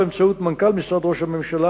באמצעות מנכ"ל משרד ראש הממשלה,